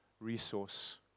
resource